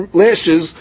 lashes